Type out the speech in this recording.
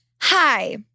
Hi